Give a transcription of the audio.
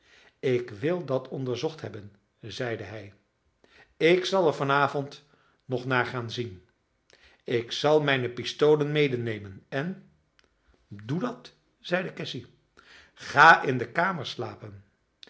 ik wil dat onderzocht hebben zeide hij ik zal er van avond nog naar gaan zien ik zal mijne pistolen medenemen en doe dat zeide cassy ga in de kamer slapen